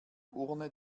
urne